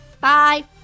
Bye